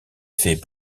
fait